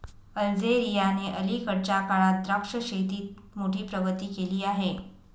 अल्जेरियाने अलीकडच्या काळात द्राक्ष शेतीत मोठी प्रगती केली आहे